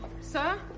Sir